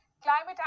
Climate